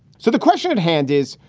so the question at hand is,